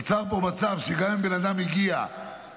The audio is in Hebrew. נוצר פה מצב שגם אם בן אדם הגיע בשעה